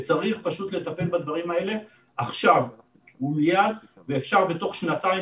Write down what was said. צריך פשוט לטפל בדברים האלה עכשיו ומיד ואפשר בתוך שנתיים